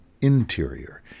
interior